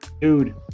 dude